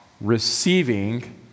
receiving